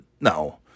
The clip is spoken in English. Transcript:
No